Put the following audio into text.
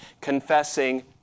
confessing